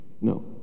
No